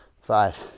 five